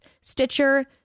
Stitcher